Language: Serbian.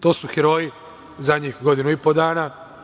To su heroji zadnjih godinu i po dana.